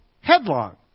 headlong